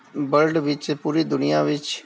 world ਵਿੱਚ ਪੂਰੀ ਦੁਨੀਆਂ ਵਿੱਚ